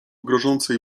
grożącej